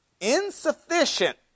insufficient